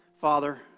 Father